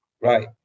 right